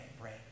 break